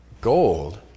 gold